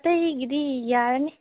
ꯑꯇꯩꯒꯤꯗꯤ ꯌꯥꯔꯅꯤ